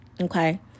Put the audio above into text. Okay